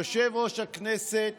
יושב-ראש הכנסת